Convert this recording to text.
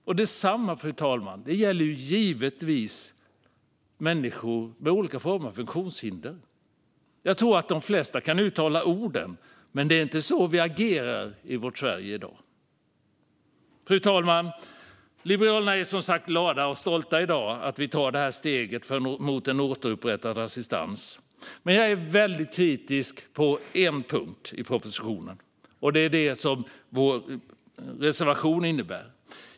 Och detsamma gäller givetvis människor med olika former av funktionshinder. Jag tror att de flesta kan uttala orden, men det är inte så vi agerar i vårt Sverige i dag. Fru talman! Liberalerna är som sagt glada och stolta att vi i dag tar detta steg mot en återupprättad assistans. Men jag är väldigt kritisk på en punkt i propositionen, och det tas upp i vår reservation.